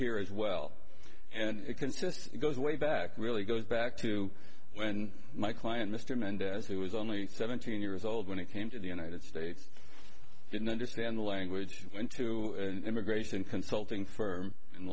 here as well and it consists it goes way back really goes back to when my client mr mendez who was only seventeen years old when it came to the united states didn't understand the language into immigration consulting firm in